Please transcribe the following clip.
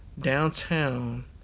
downtown